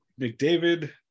McDavid